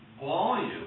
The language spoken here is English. volume